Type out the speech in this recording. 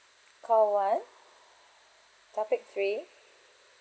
call one topic three